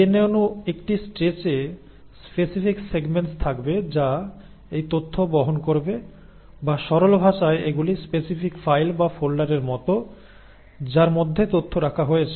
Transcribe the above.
DNA অণু একটি স্ট্রেচে স্পেসিফিক সেগমেন্টস থাকবে যা এই তথ্য বহন করবে বা সরল ভাষায় এগুলি স্পেসিফিক ফাইল বা ফোল্ডারের মতো যার মধ্যে তথ্য রাখা হয়েছে